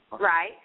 Right